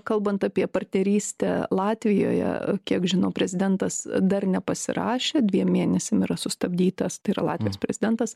kalbant apie partnerystę latvijoje kiek žinau prezidentas dar nepasirašė dviem mėnesiam yra sustabdytas tai yra latvijos prezidentas